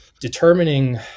determining